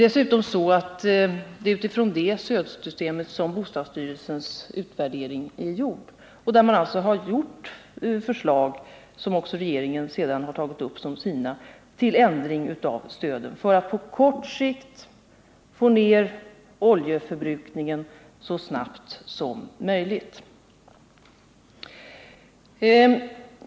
Dessutom är det så att det är med utgångspunkt i detta stödsystem som bostadsstyrelsen gjort sin utvärdering, där man arbetat fram förslag, som regeringen sedan tagit upp som sina, till ändring av stöden för att på kort sikt få ned oljeförbrukningen så snabbt som möjligt.